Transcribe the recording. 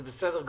זה בסדר גמור.